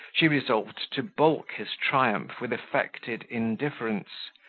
she resolved to balk his triumph with affected indifference,